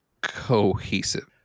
cohesive